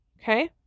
Okay